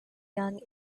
young